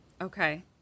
okay